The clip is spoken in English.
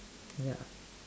ya